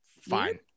fine